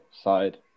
side